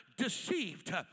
Deceived